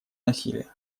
насилие